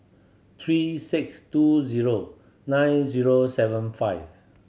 three six two zero nine zero seven five